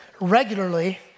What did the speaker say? regularly